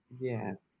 Yes